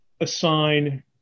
assign